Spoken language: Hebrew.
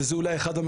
עם "עיר ללא אלימות"?